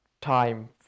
time